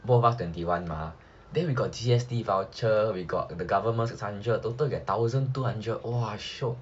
both of us twenty one mah then we got G_S_T voucher we got the government six hundred total get thousand two hundred !wah! shiok